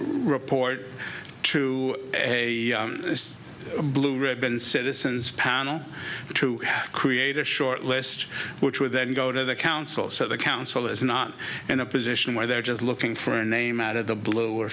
report to a blue ribbon citizens panel to create a short list which would then go to the council so the council is not in a position where they're just looking for a name out of the blue or